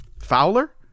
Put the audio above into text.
Fowler